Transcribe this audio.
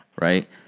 Right